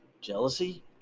jealousy